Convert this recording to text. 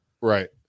Right